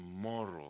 moral